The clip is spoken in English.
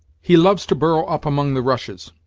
he loves to burrow up among the rushes,